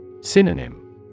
Synonym